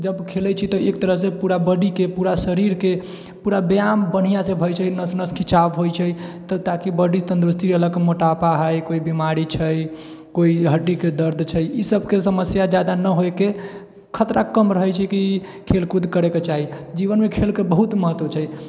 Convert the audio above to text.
जब खेलैत छै तऽ एक तरह से पूरा बॉडीके पूरा शरीरके पूरा व्यायाम बढ़िआँ से होएत छै नस नस खिचाओ होइत छै तब ताकि बॉडी तंदुरस्त रहलक मोटापा हइ कोइ बीमारी छै कोइ हड्डीके दर्द छै ई सबके समस्या जादा ना होएके खतरा कम रहैत छै कि खेल कूद करएके चाही जीवनमे खेलके बहुत महत्व छै